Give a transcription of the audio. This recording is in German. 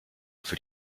für